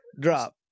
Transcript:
drop